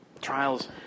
Trials